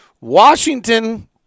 Washington